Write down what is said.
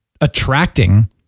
attracting